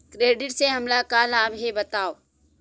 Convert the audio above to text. Credit से हमला का लाभ हे बतावव?